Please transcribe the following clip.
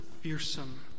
Fearsome